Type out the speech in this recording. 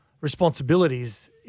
responsibilities